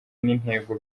n’intego